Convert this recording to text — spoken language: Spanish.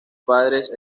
padres